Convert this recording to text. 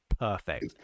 Perfect